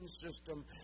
system